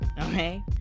okay